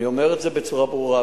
אני אומר את זה בצורה ברורה,